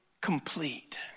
complete